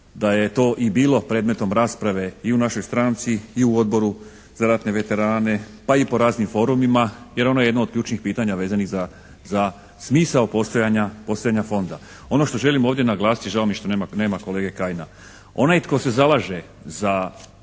da je to i bilo predmetom rasprave i u našoj stranci i u Odboru za ratne veterane pa i po raznim forumima jer ono je jedno od ključnih pitanja vezanih za smisao postojanja fonda. Ono što želim ovdje naglasiti, žao mi je što nema kolege Kajina, onaj tko se zalaže za